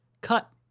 cut